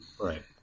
right